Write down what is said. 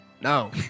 No